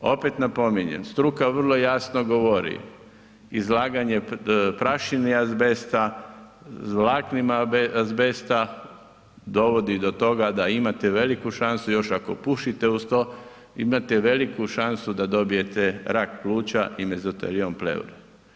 Opet napominjem, struka vrlo jasno govori, izlaganje prašini azbesta, vlaknima azbesta dovodi do toga da imate veliku šansu još ako pušite uz to, imate veliku šansu da dobijete rak pluća i mezoteliom pleure.